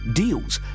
deals